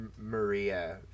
Maria